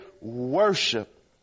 worship